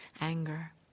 anger